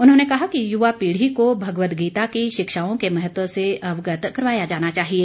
उन्होंने कहा कि युवा पीढ़ी को भगवद गीता की शिक्षाओं के महत्व से अवगत करवाया जाना चाहिए